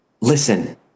Listen